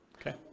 Okay